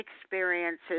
experiences